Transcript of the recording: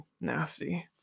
nasty